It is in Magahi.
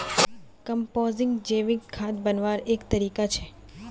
कम्पोस्टिंग जैविक खाद बन्वार एक तरीका छे